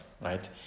right